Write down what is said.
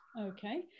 Okay